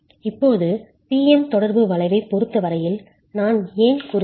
இப்போது P M தொடர்பு வளைவைப் பொறுத்த வரையில் நான் ஏன் கூறுகிறேன்